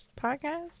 podcast